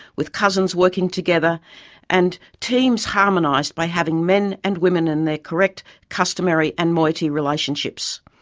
with cousins working together and teams harmonised by having men and women in the correct customary and moiety relationships.